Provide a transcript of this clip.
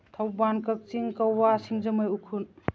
ꯊꯧꯕꯥꯜ ꯀꯛꯆꯤꯡ ꯀꯛꯋꯥ ꯁꯤꯡꯖꯃꯩ ꯎꯈ꯭ꯔꯨꯜ